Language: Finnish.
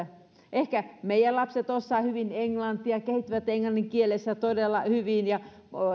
ehkä meidän lapset osaavat hyvin englantia kehittyvät englannin kielessä todella hyvin ja